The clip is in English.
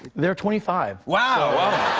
they're twenty five. wow.